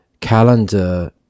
calendar